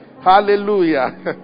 hallelujah